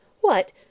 What